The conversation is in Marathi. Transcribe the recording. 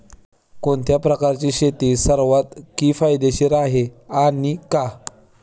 कोणत्या प्रकारची शेती सर्वात किफायतशीर आहे आणि का?